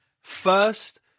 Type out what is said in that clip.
first